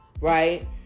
Right